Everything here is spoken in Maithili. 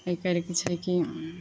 एकर छै की